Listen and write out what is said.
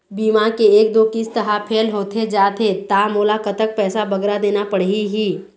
बीमा के एक दो किस्त हा फेल होथे जा थे ता मोला कतक पैसा बगरा देना पड़ही ही?